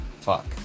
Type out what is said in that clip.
fuck